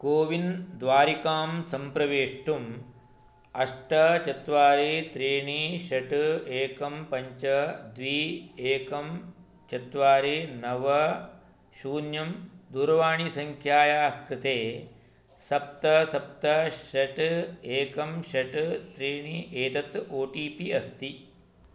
CoWIN द्वारिकां सम्प्रवेष्टुम् अष्ट चत्वारि त्रीणि षट् एकं पञ्च द्वि एकं चत्वारि नव शून्यं दूरवाणीसङ्ख्यायाः कृते सप्त सप्त षट् एकं षट् त्रीणि एतत् ओ टि पि अस्ति